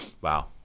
wow